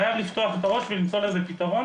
חייבים לפתוח את הראש ולמצוא לזה פתרון,